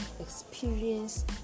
experience